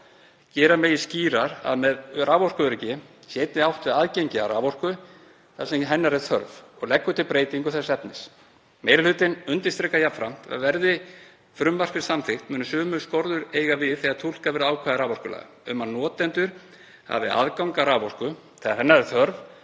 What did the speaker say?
gera megi skýrar að með raforkuöryggi sé einnig átt við aðgengi að raforku þar sem hennar er þörf og leggur til breytingu þess efnis. Meiri hlutinn undirstrikar jafnframt að verði frumvarpið samþykkt munu sömu skorður eiga við þegar túlkuð verða ákvæði raforkulaga um að notendur hafi aðgang að raforku þegar hennar er þörf